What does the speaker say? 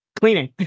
cleaning